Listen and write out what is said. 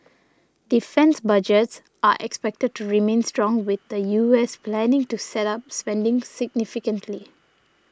defence budgets are expected to remain strong with the U S planning to step up spending significantly